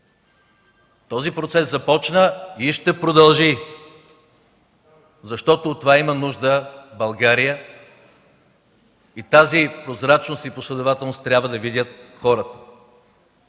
Този процес започна и ще продължи, защото от това има нужда България и тази прозрачност и последователност трябва да видят хората.